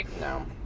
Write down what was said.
No